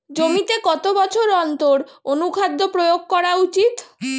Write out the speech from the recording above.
জমিতে কত বছর অন্তর অনুখাদ্য প্রয়োগ করা উচিৎ?